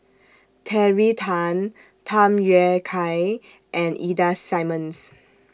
Terry Tan Tham Yui Kai and Ida Simmons